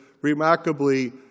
remarkably